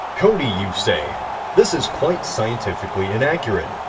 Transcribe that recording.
cody you say this is quite scientifically inaccurate.